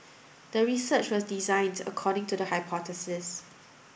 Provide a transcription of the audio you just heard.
the research was designed according to the hypothesis